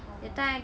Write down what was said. orh